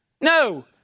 No